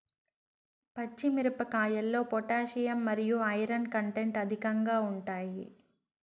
పచ్చి మిరపకాయల్లో పొటాషియం మరియు ఐరన్ కంటెంట్ అధికంగా ఉంటాయి